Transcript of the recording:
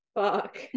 Fuck